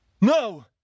No